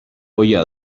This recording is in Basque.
ohia